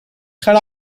cut